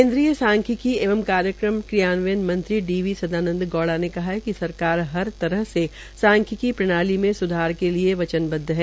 केन्द्रीय सांख्यिकी एवं कार्यक्रम क्रियानवयन मंत्री डी वी सदानंद गौड़ा ने कहा है कि सरकार हर तरह से सांख्यिकी की प्रणाली में स्धार के लिए वचनबद्ध है